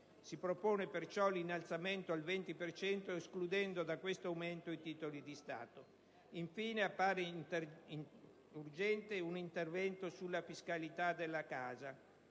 ne propone perciò l'innalzamento al 20 per cento, escludendo da questo aumento i titoli di Stato. Infine, appare urgente un intervento sulla fiscalità della casa,